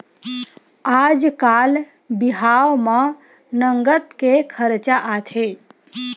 आजकाल बिहाव म नँगत के खरचा आथे